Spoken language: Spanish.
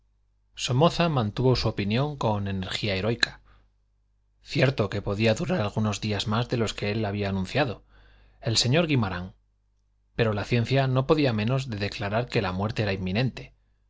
somoza mantuvo su opinión con energía heroica cierto que podía durar algunos días más de los que él había anunciado el señor guimarán pero la ciencia no podía menos de declarar que la muerte era inminente